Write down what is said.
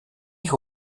who